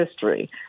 history